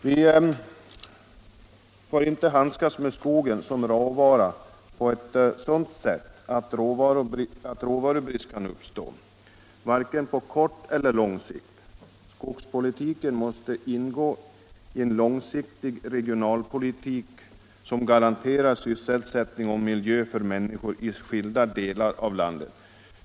Vi får inte handskas med skogen som råvara på ett sådant sätt att råvarubrist kan uppstå, varken på kort eller på lång sikt. Skogspolitiken måste ingå i en långsiktig regionalpolitik som garanterar sysselsättning Allmänpolitisk debatt Allmänpolitisk debatt och miljö för människorna i skilda delar av landet.